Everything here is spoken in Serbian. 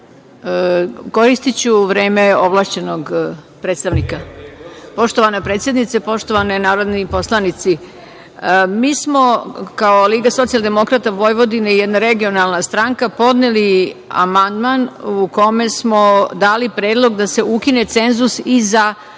Koristiću vreme ovlašćenog predstavnika. Poštovana predsednice, poštovani narodni poslanici, mi smo kao Liga socijaldemokrata Vojvodine, jedna regionalna stranka, podneli amandman u kome smo dali predlog da se ukine cenzus i za